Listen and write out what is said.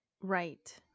Right